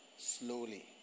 slowly